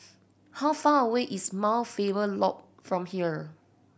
how far away is Mount Faber Loop from here